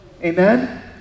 amen